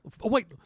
Wait